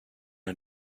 are